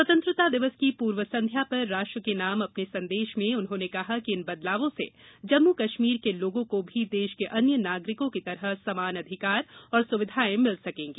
स्वतंत्रता दिवस की पूर्व संध्या पर राष्ट्र के नाम अपने संदेश में उन्होंने कहा कि इन बदलावों से जम्मू कश्मीर के लोगों को भी देश के अन्य नागरिकों की तरह समान अधिकार और सुविधाएं मिल सकेंगी